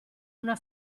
una